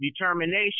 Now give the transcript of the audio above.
determination